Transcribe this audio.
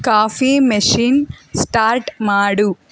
coffee machine start ಮಾಡು